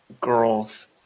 girls